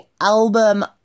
album